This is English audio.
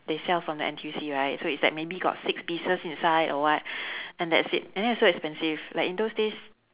they sell from the N_T_U_C right so it's like maybe got six pieces inside or what and that's it and then it's so expensive like in those days